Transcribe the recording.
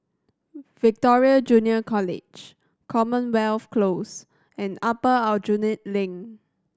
Victoria Junior College Commonwealth Close and Upper Aljunied Link